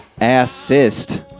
assist